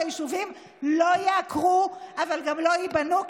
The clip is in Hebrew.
זה שהיישובים לא ייעקרו אבל גם לא ייבנו.